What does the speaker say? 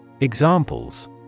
Examples